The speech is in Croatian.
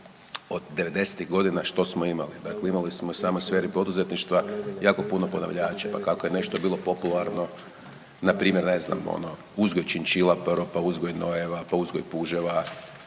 devedesetih godina što smo imali. Dakle, imali samo u sferi poduzetništva jako puno ponavljača, pa kako je nešto bilo popularno npr. ne znam ono uzgoj činčila prvo, pa uzgoj nojeva, pa uzgoj puževa,